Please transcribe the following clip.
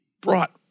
brought